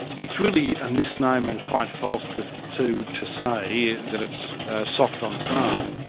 it's really a misnomer and quite false to so to say that it's soft on crime.